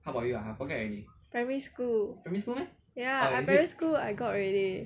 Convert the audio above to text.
primary school ya I primary school I got already